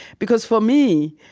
because for me,